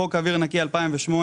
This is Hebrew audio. חוק אוויר נקי 2008,